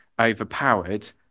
overpowered